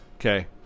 okay